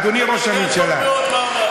אני יודע טוב מאוד מה אמרתי.